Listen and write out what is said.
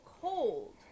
cold